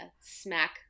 smack